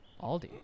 Aldi